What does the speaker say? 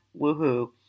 woohoo